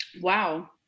Wow